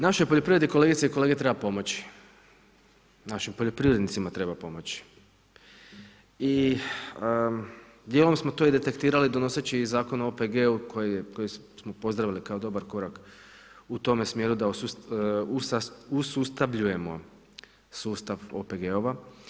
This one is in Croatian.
Našoj poljoprivredi kolegice i kolege treba pomoći, našim poljoprivrednicima treba pomoći i dijelom smo to i detektirali donoseći Zakon o OPG-u koji smo pozdravili kao dobar korak u tome smjeru da usustabljujemo sustav OPG-ova.